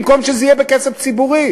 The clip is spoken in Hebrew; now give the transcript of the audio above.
במקום שזה יהיה בכסף ציבורי.